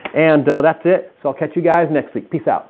and that's it so i'll catch you guys next week peace out